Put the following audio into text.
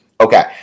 Okay